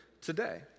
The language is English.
today